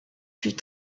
fut